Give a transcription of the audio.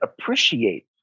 appreciate